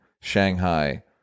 Shanghai